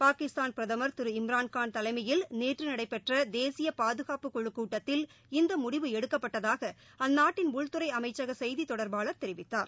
பாகிஸ்தான் பிரதமர் திரு இம்ரான் காள் தலைமையில் நேற்று நடைபெற்ற தேசிய பாதுகாப்பு குழுக் கூட்டத்தில் இந்த முடிவு எடுக்கப்பட்டதாக அந்நாட்டின் உள்துறை அமைச்சக செய்தி தொடர்பாளர் தெரிவித்தார்